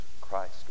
Christ